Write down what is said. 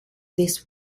this